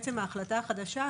בעצם ההחלטה החדשה,